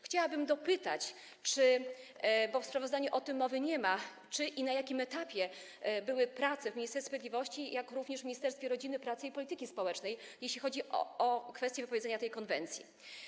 Chciałabym dopytać, bo w sprawozdaniu o tym mowy nie ma, czy i na jakim etapie były prace w Ministerstwie Sprawiedliwości, jak również w Ministerstwie Rodziny, Pracy i Polityki Społecznej, jeśli chodzi o kwestię wypowiedzenia tej konwencji.